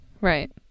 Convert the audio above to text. Right